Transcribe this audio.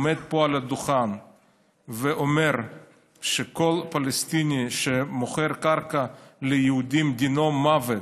עמד פה על הדוכן ואמר שכל פלסטיני שמוכר קרקע ליהודים דינו מוות,